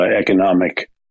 economic